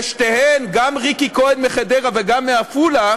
ושתיהן, ריקי כהן גם מחדרה וגם מעפולה,